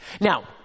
Now